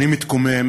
אני מתקומם